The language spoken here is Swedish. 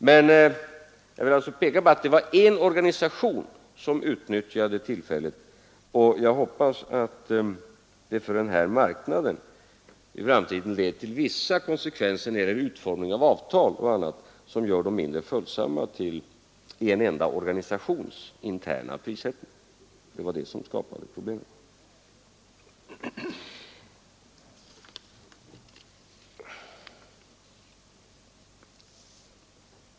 Jag har alltså velat peka på att det var en organisation som utnyttjade tillfället, och jag hoppas att det för denna marknad i framtiden leder till vissa konsekvenser när det gäller utformningen av avtal så att de blir mindre följsamma i förhållande till en enda organisations interna prissättning — det var det som skapade problemet.